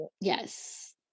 Yes